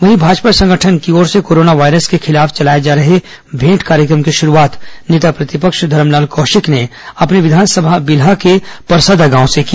वहीं भाजपा संगठन की ओर से कोरोना वायरस के खिलाफ चलाए जा रहे भेंट कार्यक्रम की शुरूआत नेता प्रतिपक्ष धरमलाल कौशिक ने अपने विधानसभा बिल्हा के परसदा गांव से की